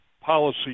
policy